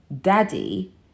daddy